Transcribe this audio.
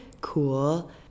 cool